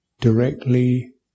directly